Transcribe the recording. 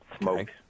smoke